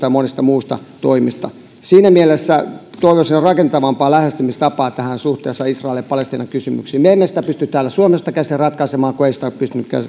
ja monista muista toimista siinä mielessä toivoisin rakentavampaa lähestymistapaa tähän suhteessa israel ja palestiina kysymyksiin me emme sitä pysty täältä suomesta käsin ratkaisemaan kun ei sitä ole pystynyt